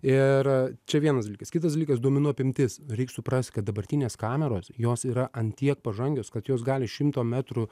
ir čia vienas dalykas kitas dalykas duomenų apimtis reik suprast kad dabartinės kameros jos yra ant tiek pažangios kad jos gali šimto metrų